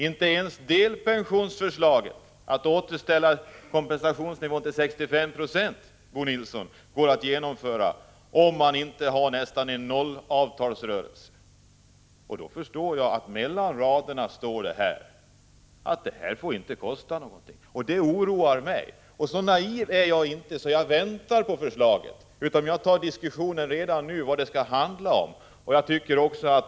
Inte ens delpensionsförslaget, enligt vilket kompensationsnivån skall återställas till 65 96, går att genomföra om det inte blir nollresultat i avtalsrörelsen, Bo Nilsson. Jag förstår att det står mellan raderna att detta inte får kosta någonting, och det oroar mig. Så naiv är jag inte att jag tänker vänta på förslaget, utan jag tar diskussionen redan nu.